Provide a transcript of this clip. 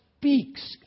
speaks